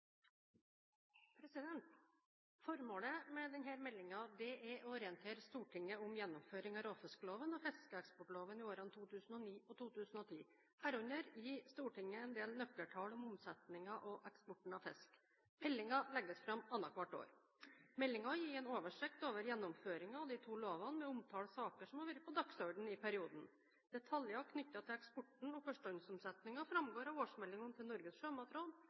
i årene 2009 og 2010, herunder å gi Stortinget en del nøkkeltall om omsetningen og eksporten av fisk. Meldingen legges fram annethvert år. Meldingen gir en oversikt over gjennomføringen av de to lovene ved å omtale saker som har vært på dagsordenen i perioden. Detaljer knyttet til eksporten og førstehåndsomsetningen framgår av årsmeldingene til Norges sjømatråd,